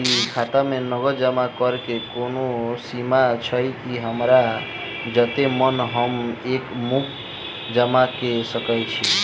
की खाता मे नगद जमा करऽ कऽ कोनो सीमा छई, की हमरा जत्ते मन हम एक मुस्त जमा कऽ सकय छी?